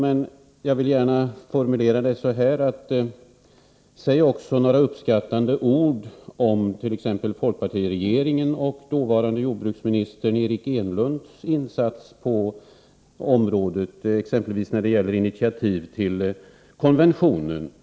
I varje fall vill jag komma med följande uppmaning: Säg också några uppskattande ord om t.ex. folkpartiregeringens och den dåvarande jordbruksministerns, Eric Enlunds, insatser på området — bl.a. när det gällde att ta initiativ till den konvention som då slöts.